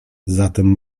zatem